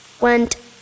went